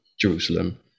Jerusalem